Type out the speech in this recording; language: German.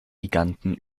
giganten